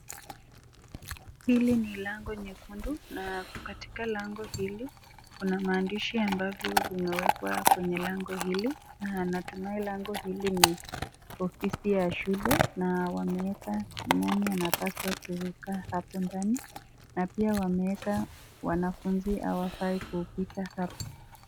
Hili ni lango nyekundu na katika lango hili kuna mandishi ambavyo vimewekwa kwenye lango hili na natumai lango hili ni ofisi ya shule na wameweka ni nani anapaswa kukaa hapo ndani na pia wameweka wanafunzi hawafai kufika hapo.